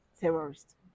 terrorist